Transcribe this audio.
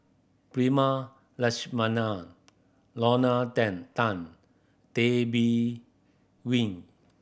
Prema Letchumanan Lorna Tan Tay Bin Wee